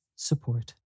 Support